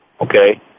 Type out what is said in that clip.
Okay